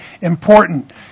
important